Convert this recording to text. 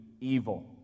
evil